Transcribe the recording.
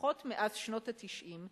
לפחות מאז שנות ה-90,